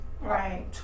Right